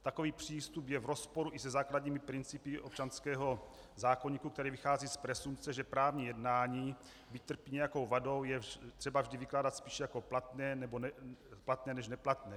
Takový přístup je v rozporu i se základními principy občanského zákoníku, který vychází z presumpce, že právní jednání, byť trpí nějakou vadou, je třeba vždy vykládat spíš jako platné než neplatné.